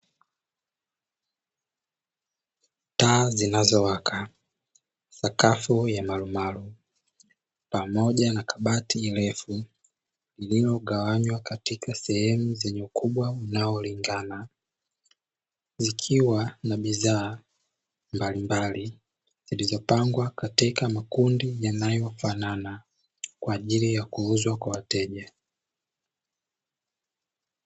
Taa zinzowaka sakafu ya malumalu, pamoja na kabati refu lililogawanywa katika sehemu zenye ukubwa unaolingana zikiwa na bidhaa mbalimbali, zilizopangwa katika makundi yanayofanana kwa ajili ya kuuzwa kwa wateja.